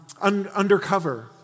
Undercover